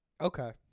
Okay